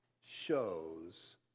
shows